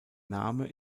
name